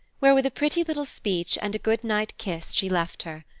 where with a pretty little speech and a good-night kiss she left her.